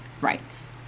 rights